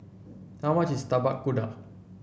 how much is Tapak Kuda